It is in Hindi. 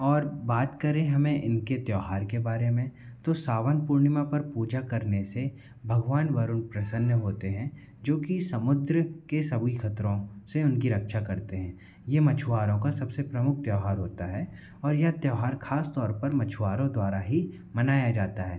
और बात करें हमें इनके त्योहार के बारे में तो सावन पूर्णिमा पर पूजा करने से भगवान वरुण प्रसन्न होते हैं जोकि समुद्र के सभी खतरों से उनकी रक्षा करते हैं ये मछुहारों का सबसे प्रमुख त्योहार होता है और यह त्योहार ख़ास तौर पर मछुआरों द्वारा ही मनाया जाता है